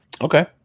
Okay